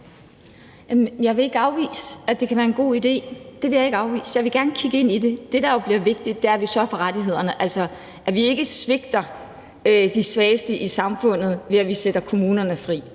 Jeg vil ikke afvise, at det kan være en god idé. Det vil jeg ikke afvise. Jeg vil gerne kigge på det. Det, der bliver vigtigt, er jo, at vi sørger for at sikre, at der er rettigheder; at vi ikke svigter de svageste i samfundet ved, at vi sætter kommunerne fri.